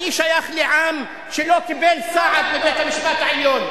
אני שייך לעם שלא קיבל סעד מבית-המשפט העליון,